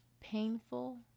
painful